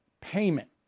payment